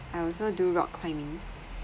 I also do rock climbing